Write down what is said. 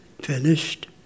finished